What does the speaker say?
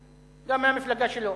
גם מהמפלגה שלו.